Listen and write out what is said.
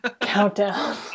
countdown